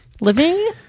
Living